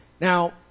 Now